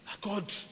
God